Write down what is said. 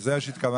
זה מה שהתכוונתי,